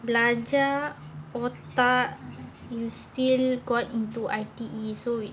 belajar otak you still got into I_T_E so it